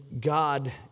God